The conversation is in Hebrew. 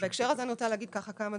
בהקשר הזה אני רוצה להגיד כמה דברים.